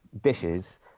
dishes